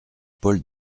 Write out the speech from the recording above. paul